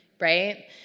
Right